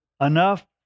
enough